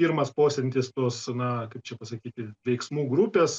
pirmas posėdis tos na kaip čia pasakyti veiksmų grupės